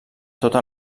tota